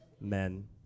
Men